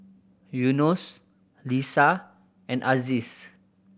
Yunos Lisa and Aziz